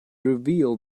revealed